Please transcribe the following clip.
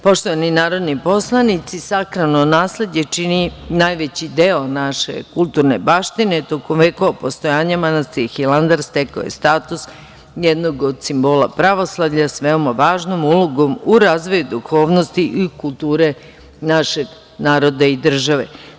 Poštovani narodni poslanici, sakrano nasleđe čini najveći deo naše kulturne baštine, tokom vekova postojanja manastira Hilandar, stekao je status jednog od simbola pravoslavlja sa veoma važnom ulogom u razvoju duhovnosti i kulture našeg naroda i države.